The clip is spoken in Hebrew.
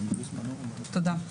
תודה.